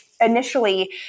initially